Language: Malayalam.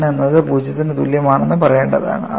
N എന്നത് 0 ന് തുല്യമാണെന്ന് പറയേണ്ടതാണ്